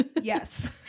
Yes